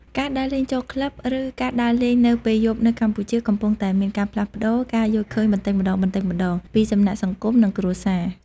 ការដើរលេងចូលក្លឹប ឬការដើរលេងនៅពេលយប់នៅកម្ពុជា កំពុងតែមានការផ្លាស់ប្តូរការយល់ឃើញបន្តិចម្តងៗ ពីសំណាក់សង្គម និងគ្រួសារ។